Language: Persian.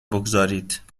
بگذارید